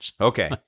Okay